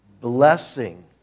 blessing